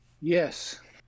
Yes